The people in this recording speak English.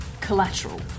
collateral